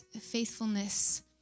faithfulness